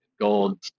gold